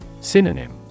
Synonym